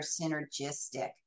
synergistic